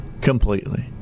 completely